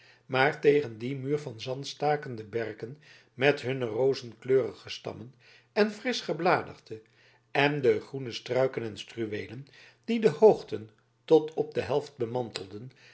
maar tegen dien muur van zand staken de berken met hunne rozenkleurige stammen en frisch gebladerte en de groene struiken en struweelen die de hoogten tot op de helft bemantelden